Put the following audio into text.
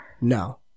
No